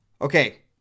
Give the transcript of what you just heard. Okay